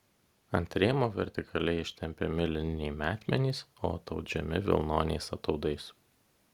ant rėmo vertikaliai ištempiami lininiai metmenys o ataudžiami vilnoniais ataudais